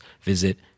visit